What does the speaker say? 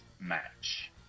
match